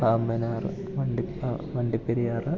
പാമ്പനാറ് വണ്ടി ആ വണ്ടിപ്പെരിയാറ്